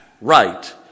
right